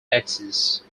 axis